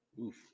Oof